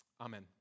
Amen